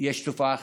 יש תופעה חדשה: